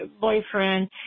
boyfriend